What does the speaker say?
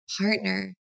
partner